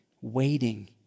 waiting